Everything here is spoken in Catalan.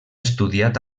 estudiat